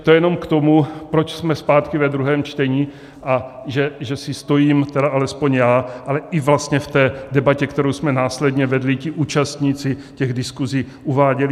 To jenom k tomu, proč jsme zpátky ve druhém čtení, a že si stojím, alespoň já, ale i vlastně v debatě, kterou jsme následně vedli, ti účastníci diskuzí uváděli.